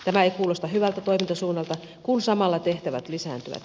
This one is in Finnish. tämä ei kuulosta hyvältä toimintasuunnalta kun samalla tehtävät lisääntyvät